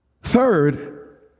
Third